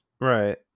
Right